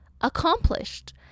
accomplished